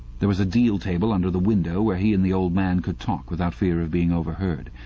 there was a deal table under the window where he and the old man could talk without fear of being overheard.